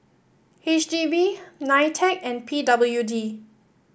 H D B Nitec and P W D